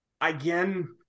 again